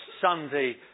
Sunday